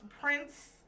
Prince